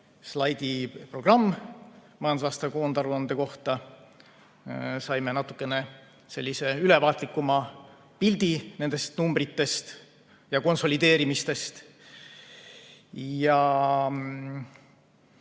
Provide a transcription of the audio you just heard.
slaidiprogramm majandusaasta koondaruande kohta. Saime sellise ülevaatlikuma pildi nendest numbritest ja konsolideerimistest.